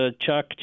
Chuck